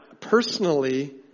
personally